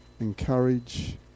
Encourage